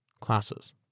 classes